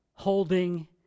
holding